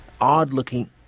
odd-looking